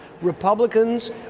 Republicans